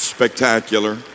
Spectacular